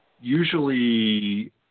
usually